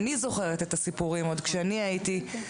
אני זוכרת את הסיפורים מחברים וחברות עוד כשהייתי נערה.